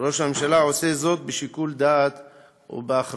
ראש הממשלה עושה זאת בשיקול דעת ובאחריות,